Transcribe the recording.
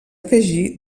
afegir